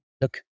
look